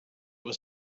was